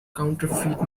counterfeit